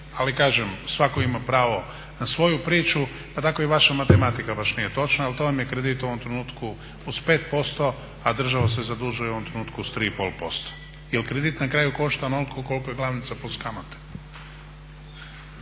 Ali kažem, svatko ima pravo na svoju priču pa tako i vaša matematika baš nije točna ali to vam je kredit u ovom trenutku uz 5% a država se zadužuje u ovom trenutku s 3,5%. Jer kredit na kraju košta onoliko koliko je glavnica plus kamate.